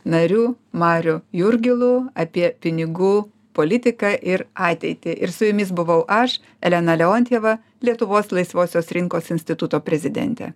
nariu mariu jurgilu apie pinigų politiką ir ateitį ir su jumis buvau aš elena leontjeva lietuvos laisvosios rinkos instituto prezidentė